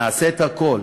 נעשה את הכול